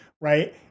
right